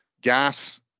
Gas